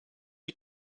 you